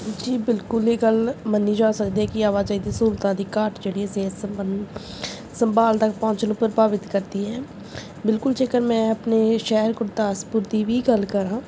ਜੀ ਬਿਲਕੁਲ ਇਹ ਗੱਲ ਮੰਨੀ ਜਾ ਸਕਦੀ ਹੈ ਕਿ ਆਵਾਜਾਈ ਦੇ ਸਹੂਲਤਾਂ ਦੀ ਘਾਟ ਜਿਹੜੀ ਸਿਹਤ ਸੰਬੰਧੀ ਸੰਭਾਲ ਤੱਕ ਪਹੁੰਚ ਨੂੰ ਪ੍ਰਭਾਵਿਤ ਕਰਦੀ ਹੈ ਬਿਲਕੁਲ ਜੇਕਰ ਮੈਂ ਆਪਣੇ ਸ਼ਹਿਰ ਗੁਰਦਾਸਪੁਰ ਦੀ ਵੀ ਗੱਲ ਕਰਾਂ